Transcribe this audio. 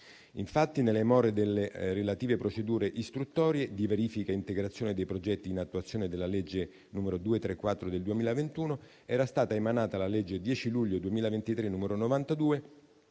Infatti, nelle more delle relative procedure istruttorie di verifica e integrazione dei progetti in attuazione della legge n. 234 del 2021, era stata emanata la legge 10 luglio 2023, n. 92,